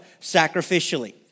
sacrificially